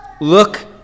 look